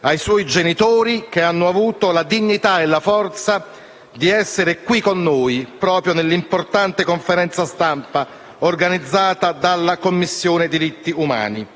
ai suoi genitori, che hanno avuto la dignità e la forza di essere qui con noi proprio nell'importante conferenza stampa organizzata dalla Commissione diritti umani.